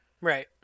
Right